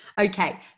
okay